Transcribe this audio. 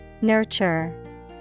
Nurture